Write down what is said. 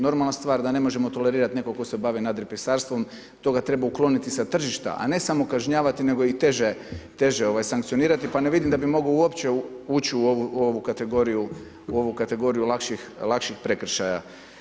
Normalna stvar da ne možemo tolerirati neko ko se bavi nadripisarstvom toga treba ukloniti sa tržišta, a ne samo kažnjavati nego i teže sankcionirati, pa ne vidim da bi mogao uopće ući u ovu kategoriju lakših prekršaja.